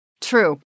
True